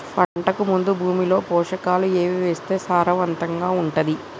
పంటకు ముందు భూమిలో పోషకాలు ఏవి వేస్తే సారవంతంగా ఉంటది?